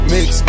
Mix